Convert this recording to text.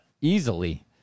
Easily